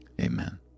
amen